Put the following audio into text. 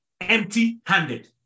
empty-handed